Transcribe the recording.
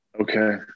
Okay